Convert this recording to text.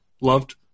loved